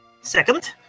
Second